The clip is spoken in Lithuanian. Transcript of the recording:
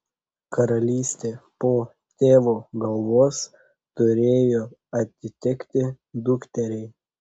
karalystė po tėvo galvos turėjo atitekti dukteriai